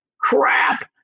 crap